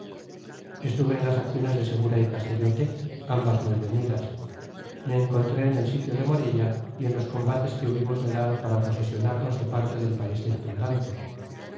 estuve en las acciones de segura y castellote ambas muy reñidas me encontré en el sitio de morella y en los combates que hubimos de dar para posesionarnos de parte del país circundante